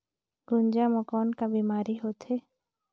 गुनजा मा कौन का बीमारी होथे?